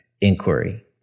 inquiry